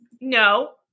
No